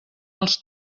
als